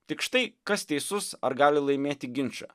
tik štai kas teisus ar gali laimėti ginčą